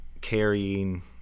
carrying